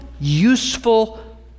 useful